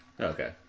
Okay